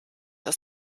dass